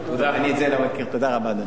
תודה רבה, אדוני השר.